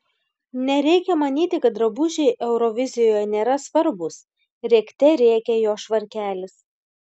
nereikia manyti kad drabužiai eurovizijoje nėra svarbūs rėkte rėkė jo švarkelis